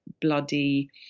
bloody